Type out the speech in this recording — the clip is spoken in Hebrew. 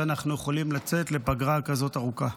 שאנחנו יכולים לצאת לפגרה כזו ארוכה?